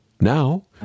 Now